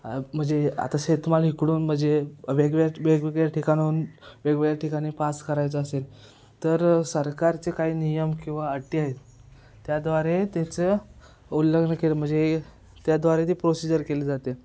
म्हणजे आता शेतमाल इकडून म्हणजे वेगवेग वेगवेगळ्या ठिकाणाहून वेगवेगळ्या ठिकाणी पास करायचा असेल तर सरकारचे काही नियम किंवा अटी आहेत त्याद्वारे त्याचं उल्लंघन केलं म्हणजे त्याद्वारे ती प्रोसिजर केली जाते